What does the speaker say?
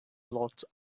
blots